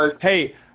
hey